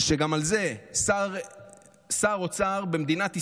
וגם זה, שר אוצר במדינת ישראל,